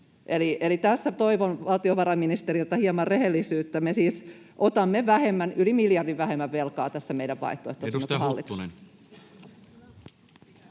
Eli tässä toivon valtiovarainministeriltä hieman rehellisyyttä. Me siis otamme yli miljardin vähemmän velkaa tässä meidän vaihtoehdossamme kuin hallitus. [Sari Sarkomaa: